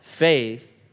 faith